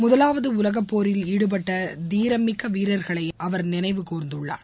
முதலாவது உலகப்போரில் ஈடுபட்ட தீரம் மிக்க வீரர்களை அவர் நினைவு கூர்ந்துள்ளார்